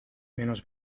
menos